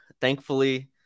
Thankfully